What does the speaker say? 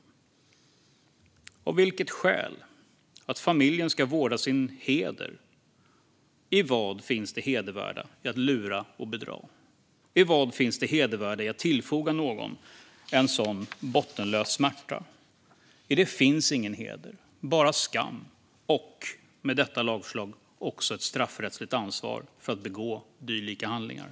Och av vilket skäl? Att familjen ska vårda sin "heder"? I vad finns det hedervärda i att lura och bedra? I vad finns det hedervärda i att tillfoga någon en sådan bottenlös smärta? I det finns ingen heder, bara skam - och med detta lagförslag också ett straffrättsligt ansvar för att begå dylika handlingar.